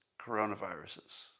coronaviruses